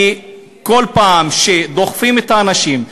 כי כל פעם דוחפים את האנשים,